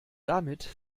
damit